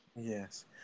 Yes